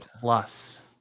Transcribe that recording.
Plus